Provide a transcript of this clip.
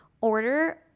order